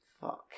Fuck